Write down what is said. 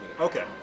okay